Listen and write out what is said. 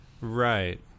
Right